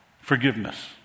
Forgiveness